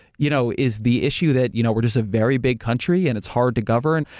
you know is the issue that you know we're just a very big country and it's hard to govern?